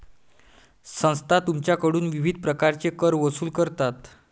संस्था तुमच्याकडून विविध प्रकारचे कर वसूल करतात